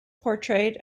portrayed